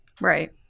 Right